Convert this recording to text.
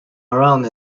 around